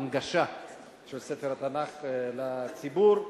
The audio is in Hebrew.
הנגשה של ספר התנ"ך לציבור.